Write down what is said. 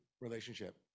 relationship